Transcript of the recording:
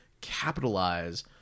capitalize